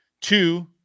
two